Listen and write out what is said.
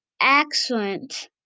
excellent